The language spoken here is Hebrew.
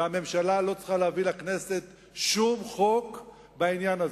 והממשלה לא צריכה להביא לכנסת שום חוק בעניין הזה.